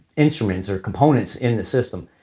instruments or components in the system.